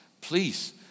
please